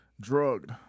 drugged